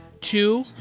two